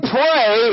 pray